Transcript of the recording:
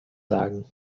sagen